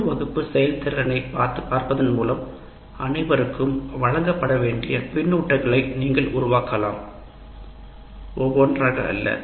முழு வகுப்பு செயல்திறனையும் பார்ப்பதன் மூலம் அனைவருக்கும் வழங்கப்பட வேண்டிய பின்னூட்டங்களை நீங்கள் உருவாக்கலாம் ஒவ்வொன்றாக அல்ல